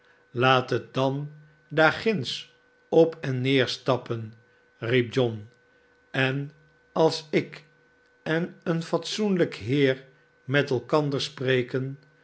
laat het dan daar ginds op en neer stappen riep john len als ik en een fatsoenlijk heer met elkander spreken